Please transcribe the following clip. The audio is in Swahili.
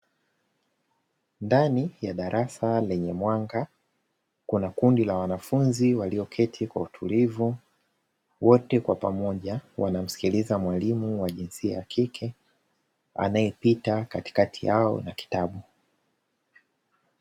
Ndani ya darasa lenye mwanga kuna kundi la wanafunzi walioketi kwa utulivu wote kwa pamoja wanamsikiliza mwalimu wa jinsia ya kike anayepita katikati yao na kitabu.